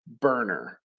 Burner